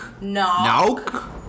no